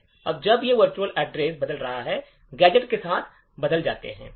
अब जब से वर्चुअल एड्रेस मैप बदलता है गैजेट के स्थान बदल जाते हैं